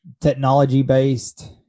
technology-based